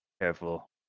careful